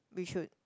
we should